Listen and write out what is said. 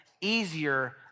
easier